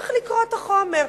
צריך לקרוא את החומר.